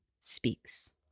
speaks